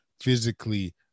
physically